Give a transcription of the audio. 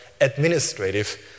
administrative